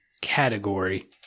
category